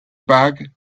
bag